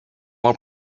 more